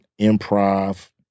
improv